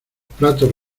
platos